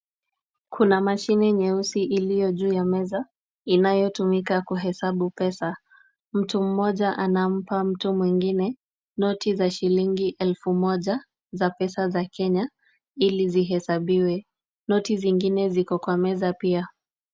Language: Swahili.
Kuna mashine nyeusi iliyo juu ya meza, inayotumika kuhesabu pesa. Mtu mmoja anampa mtu mwingine noti za shilingi elfu moja za pesa za Kenya ili zihesabiwe. Noti zingine ziko kwa meza pia.